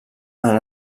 han